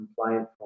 compliant